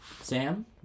Sam